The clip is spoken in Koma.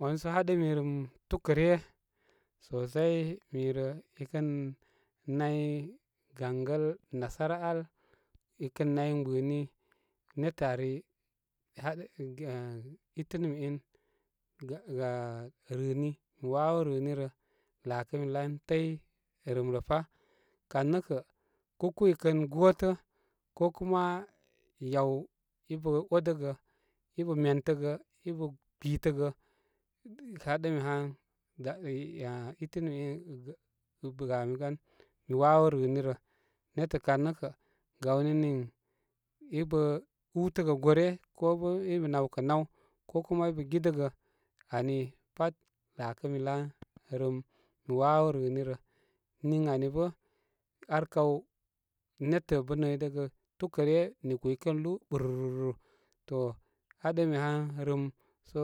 Wanu sə haɗi mi rɨm túkə ryə sosai mi rə i kən nay gaŋgəl nasara al i nay gbini etə ari haɗə ge əh, itini mi in gha rɨm rɨni mi wawo rɨnirə lakimi lan təy rɨm rə pá. Kan nə kə kúkú ikən gótə kokuma yaw i bə odəgə, i pə məntəngə, i kpitəgə haɗi han gami gan mi wawo rɨnirə. Netə kar nəkə gawni niŋ ibə útəgə gore kobə ibə nawkə naw ko kuma i bə gidəgə ari pat lakimilan rɨm mi wawo rɨnirə niŋ ani bə arkaw nétə bə noydagə túkə rə, nigu ikən lúú ɓúrúrú to haɗi han rɨm so